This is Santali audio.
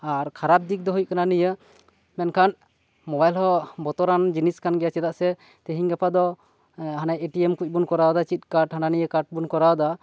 ᱟᱨ ᱠᱷᱟᱨᱟᱯ ᱫᱤᱠ ᱫᱚ ᱦᱩᱭᱩᱜ ᱠᱟᱱᱟ ᱱᱤᱭᱟᱹ ᱢᱮᱱᱠᱷᱟᱱ ᱢᱳᱵᱟᱭᱤᱞ ᱦᱚᱸ ᱵᱚᱛᱚᱨᱟᱱ ᱡᱤᱱᱤᱥ ᱠᱟᱱ ᱜᱮᱭᱟ ᱪᱮᱫᱟᱜ ᱥᱮ ᱛᱤᱦᱤᱧ ᱜᱟᱯᱟ ᱫᱚ ᱦᱟᱱᱮ ᱮᱴᱤᱮᱢ ᱠᱩᱡ ᱵᱚᱱ ᱠᱚᱨᱟᱣ ᱮᱫᱟ ᱦᱟᱱᱮ ᱪᱮᱫ ᱠᱟᱨᱰ ᱦᱟᱱᱟ ᱱᱤᱭᱟᱹ ᱠᱟᱨᱰ ᱠᱚᱵᱚᱱ ᱠᱚᱨᱟᱣ ᱮᱫᱟ